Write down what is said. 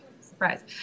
surprise